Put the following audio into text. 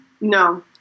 No